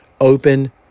open